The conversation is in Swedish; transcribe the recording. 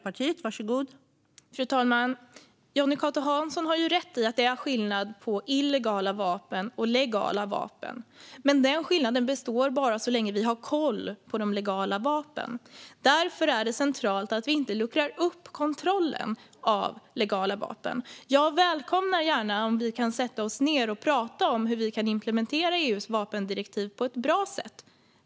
Fru talman! Jonny Cato Hansson har rätt i att det är skillnad på illegala vapen och legala vapen. Men den skillnaden består bara så länge vi har koll på de legala vapnen. Därför är det centralt att vi inte luckrar upp kontrollen av legala vapen. Jag välkomnar gärna om vi kan sätta oss ned och tala om hur vi kan implementera EU:s vapendirektiv på ett bra sätt.